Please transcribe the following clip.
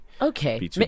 Okay